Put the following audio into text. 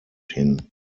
hin